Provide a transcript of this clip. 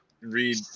Read